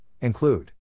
include